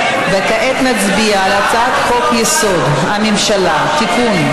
כעת נצביע על הצעת חוק-יסוד: הממשלה (תיקון,